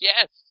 Yes